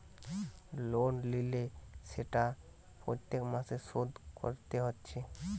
loan লিলে সেটা প্রত্যেক মাসে শোধ কোরতে হচ্ছে